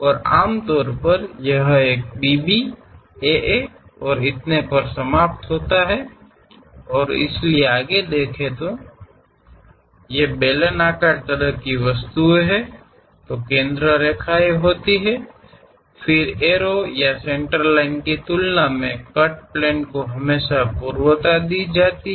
और आमतौर पर यह एक BB AA और इतने पर समाप्त होता है ऐसे आगे और अगर ये बेलनाकार तरह की वस्तुएं हैं तो केंद्र रेखाएं होती हैं फिर एरो या सेंटर लाइन की तुलना में कट प्लेन लाइन को हमेशा पूर्वता दी जाती है